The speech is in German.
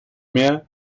mehr